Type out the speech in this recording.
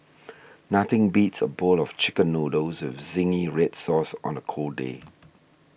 nothing beats a bowl of Chicken Noodles with Zingy Red Sauce on a cold day